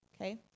okay